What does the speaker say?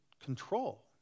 control